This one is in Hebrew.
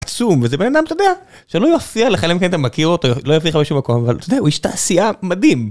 עצום וזה בן אדם אתה יודע שלא יופיע לך אלא אם כן אתה מכיר אותו לא יופיע לך בשום מקום אבל אתה יודע הוא איש תעשייה מדהים.